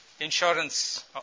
insurance